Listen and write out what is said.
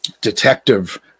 detective